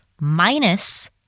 minus